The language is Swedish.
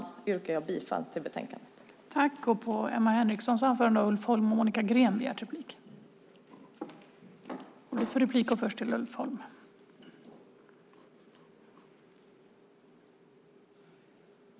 Jag yrkar bifall till förslaget i utlåtandet.